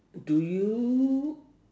do you